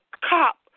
cop